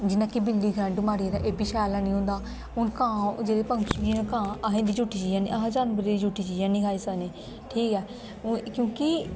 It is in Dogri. जियां कि बिल्ली खरेटू मारी गेई ऐ बी शैल है नी होंदा हून कां जेहडे़ पंक्षी नां कां दी झूठी चीज है नी अस जानवरें दी झूठी चीज है नी खाई सकने ठीक ऐ हून क्योंकि